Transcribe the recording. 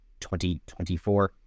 2024